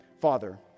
Father